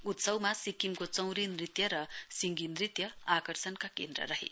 उत्सवमा सिक्किमको चौरी नृत्य र सिंगि नृत्य आकर्षणको केन्द्र रहे